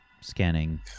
scanning